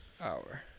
hour